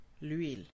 L'huile